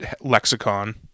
lexicon